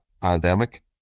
pandemic